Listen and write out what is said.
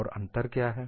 और अंतर क्या है